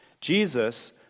Jesus